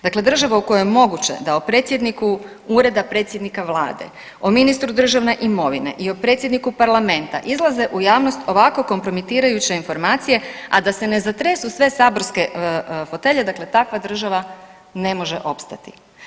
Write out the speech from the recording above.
Dakle, država u kojoj je moguće da o predsjedniku Ureda predsjednika vlade, o ministru državne imovine i o predsjedniku parlamenta izlaze u javnost ovako kompromitirajuće informacije, a da se ne zatresu sve saborske fotelje, dakle takva država ne može opstati.